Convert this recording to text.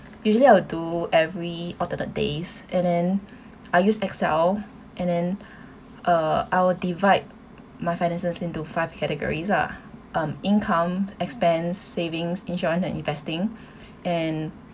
usually I will do every alternate days and then I use Excel and then uh I'll divide my finances into five categories lah um income expense savings insurance and investing and